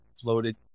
floated